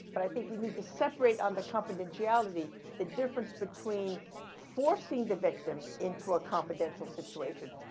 but i think we need to separate on the confidentiality the difference between forcing the victim into a confidential situation,